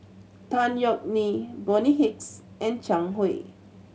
Tan Yeok Nee Bonny Hicks and Zhang Hui